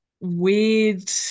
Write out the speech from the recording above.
weird